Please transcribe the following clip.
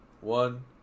one